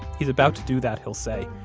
he's about to do that, he'll say,